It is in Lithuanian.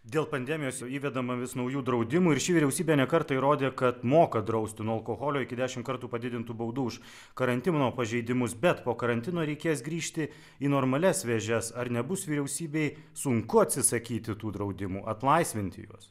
dėl pandemijos įvedama vis naujų draudimų ir ši vyriausybė ne kartą įrodė kad moka drausti nuo alkoholio iki dešim kartų padidintų baudų už karantino pažeidimus bet po karantino reikės grįžti į normalias vėžes ar nebus vyriausybei sunku atsisakyti tų draudimų atlaisvinti juos